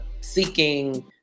seeking